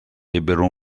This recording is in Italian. ebbero